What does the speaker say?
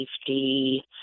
safety